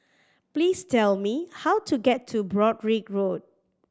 please tell me how to get to Broadrick Road